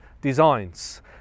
Designs